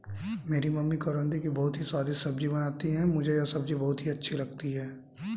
मेरी मम्मी करौंदे की बहुत ही स्वादिष्ट सब्जी बनाती हैं मुझे यह सब्जी बहुत अच्छी लगती है